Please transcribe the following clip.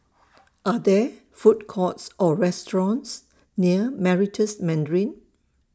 Are There Food Courts Or restaurants near Meritus Mandarin